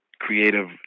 creative